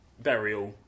burial